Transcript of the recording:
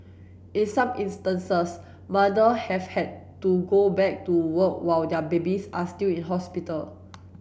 in some instances mother have had to go back to work while their babies are still in hospital